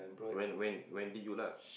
when when when did you lah